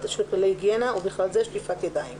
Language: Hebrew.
של כללי היגיינה ובכלל זה שטיפת ידיים,